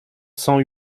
cent